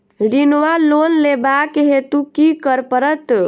ऋण वा लोन लेबाक हेतु की करऽ पड़त?